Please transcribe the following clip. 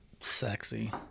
sexy